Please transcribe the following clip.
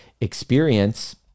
experience